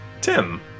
Tim